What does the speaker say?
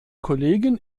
kollegen